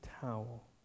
towel